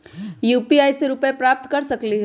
UPI से रुपए प्राप्त कर सकलीहल?